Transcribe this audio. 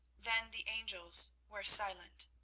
then the angels were silent.